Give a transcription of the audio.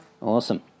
Awesome